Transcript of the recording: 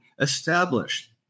established